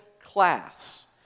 class